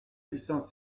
distance